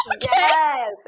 Yes